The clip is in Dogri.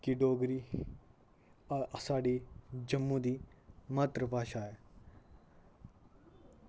की डोगरी साढ़ी जम्मू दी मात्तरभाशा ऐ